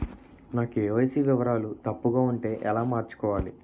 నా కే.వై.సీ వివరాలు తప్పుగా ఉంటే ఎలా మార్చుకోవాలి?